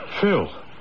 Phil